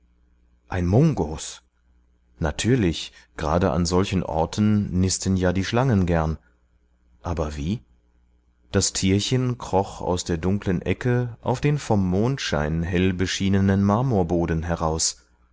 ein mungos natürlich gerade an solchen orten nisten ja die schlangen gern aber wie das tierchen kroch aus der dunklen ecke auf den vom mondschein hell beschienenen marmorboden heraus